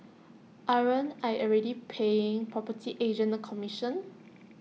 aren't I already paying property agents A commission